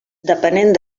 depenent